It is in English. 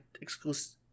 exclusive